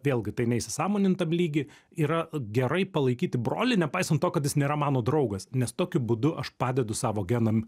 vėlgi tai neįsisąmonintam lygy yra gerai palaikyti brolį nepaisant to kad jis nėra mano draugas nes tokiu būdu aš padedu savo genam